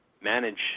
manage